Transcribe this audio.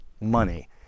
money